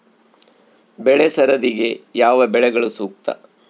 ಬೆಳೆ ಸರದಿಗೆ ಯಾವ ಬೆಳೆಗಳು ಸೂಕ್ತ?